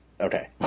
Okay